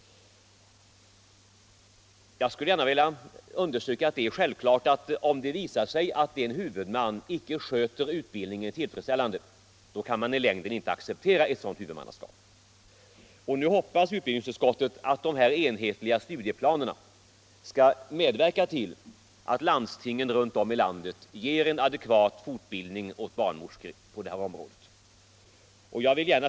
Jag vill understryka att det är självklart att om en huvudman icke sköter utbildningen tillfredsställande, så kan man i längden icke acceptera ett sådant huvudmannaskap. Nu hoppas utbildningsutskottet att de enhetliga studieplanerna skall medverka till att landstingen runt om i landet ger en adekvat fortbildning på det här området åt barnmorskorna.